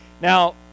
Now